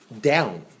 down